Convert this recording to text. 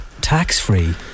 tax-free